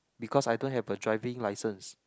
because I don't have a driving license